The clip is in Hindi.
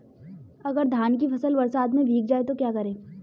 अगर धान की फसल बरसात में भीग जाए तो क्या करें?